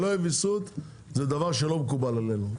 שלא יהיה ויסות זה דבר שלא מקובל עלינו.